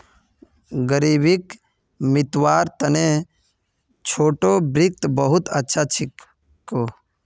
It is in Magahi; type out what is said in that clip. ग़रीबीक मितव्वार तने छोटो वित्त बहुत अच्छा छिको